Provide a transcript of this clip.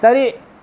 சரி